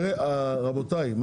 רבותיי,